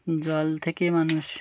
জল থেকে মানুষ